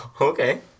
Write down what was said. Okay